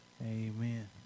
amen